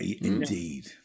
Indeed